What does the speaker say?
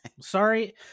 sorry